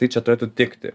tai čia turėtų tikti